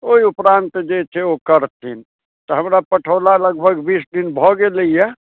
ओहि उपरान्त जे छै ओ करथिन तऽ हमरा पठओला लगभग बीस दिन भऽ गेलै हे